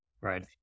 Right